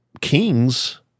kings